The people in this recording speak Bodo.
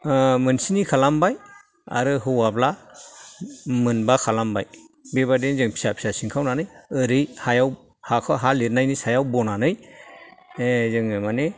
मोन स्नि खालामबाय आरो हौवाबा मोनबा खालामबाय बेबायदिनो जोङो फिसा फिसा सिनखावनानै ओरै हायाव हाखौ हा लिरनायनि सायाव बनानै जोङो माने